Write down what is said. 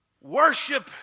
Worship